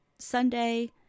sunday